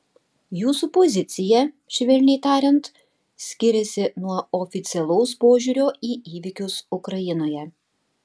jūsų pozicija švelniai tariant skiriasi nuo oficialaus požiūrio į įvykius ukrainoje